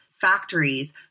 factories